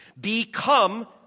become